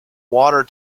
water